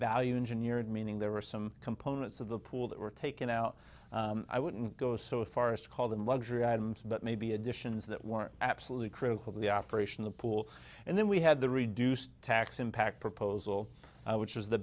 value engineering meaning there were some components of the pool that were taken out i wouldn't go so far as to call them luxury items but maybe additions that were absolutely critical to the operation the pool and then we had the reduced tax impact proposal which was the